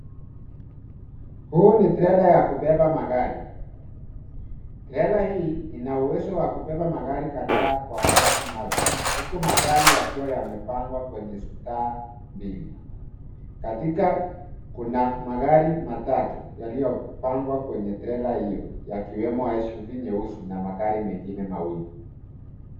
Huu ni trela ya kubeba magari. Trela hii ina uwezo wa kubeba magari kadhaa kwa wakati mmoja, huku magari yakiwa yamepangwa kwenye staha mbili. Katikati, kuna magari matatu yaliyopangwa kwenye trela hiyo, yakiwemo SUV nyeusi na magari mengine mawili.